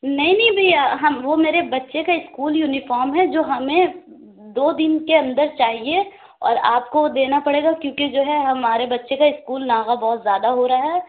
نہین نہیں بھیا ہم وہ میرے بچے کا اسکول یونیفارم ہے جو ہمیں دو دِن کے اندر چاہیے اور آپ کو وہ دینا پڑے گا کیوں کہ جو ہے ہمارے بچے کا اسکول ناغہ بہت زیادہ ہو رہا ہے